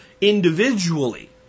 individually